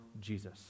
Jesus